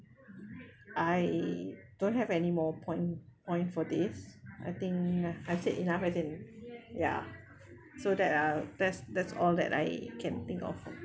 I don't have anymore point point for this I think I've said enough as in ya so that uh that's that's all that I can think of